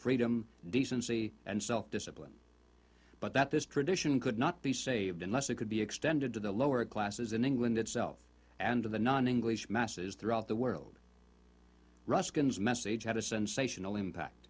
freedom decency and self discipline but that this tradition could not be saved unless it could be extended to the lower classes in england itself and to the non english masses throughout the world ruskin's message had a sensational impact